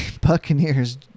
Buccaneers